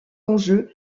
enjeu